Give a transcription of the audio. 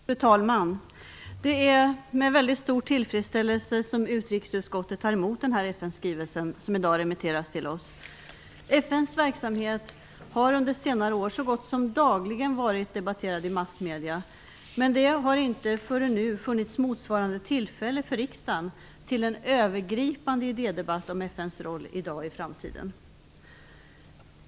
Fru talman! Det är med stor tillfredsställelse som utrikesutskottet tar emot den FN-skrivelse som i dag remitteras till oss. FN:s verksamhet har under senare år så gott som dagligen debatterats i massmedierna, men det har inte förrän nu funnits motsvarande tillfälle för riksdagen till en övergripande idédebatt om FN:s roll i dag och i framtiden.